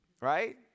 Right